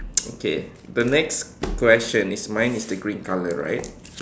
okay the next question is mine is the green color right